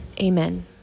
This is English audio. amen